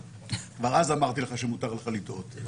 כבר אז אמרתי לך שמותר לך לטעות.